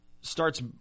starts